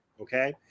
Okay